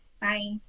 Bye